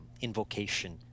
invocation